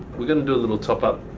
we are gonna do a little top off